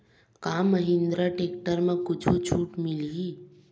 का महिंद्रा टेक्टर म कुछु छुट मिलही?